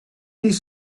his